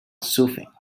soothing